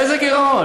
איזה גירעון?